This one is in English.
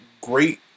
great